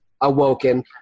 awoken